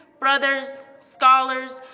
brothers, scholars,